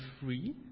free